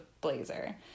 blazer